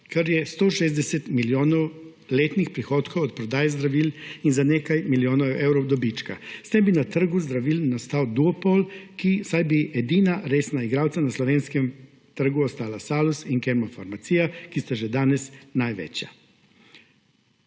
kar je 160 milijonov letnih prihodkov od prodaje zdravil in za nekaj milijonov evrov dobička. S tem bi na trgu zdravil nastal duopol, saj bi edina resna igralca na slovenskem trgu ostala Salus in Kemofarmacija, ki sta že danes največja.